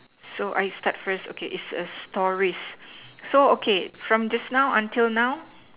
so I start first okay it's a stories so okay from just now until now